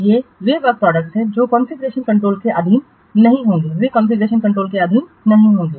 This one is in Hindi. ये वर्क प्रोडक्टस हैं जो कॉन्फ़िगरेशन कंट्रोल के अधीन नहीं होंगे वे कॉन्फ़िगरेशन कंट्रोल के अधीन नहीं होंगे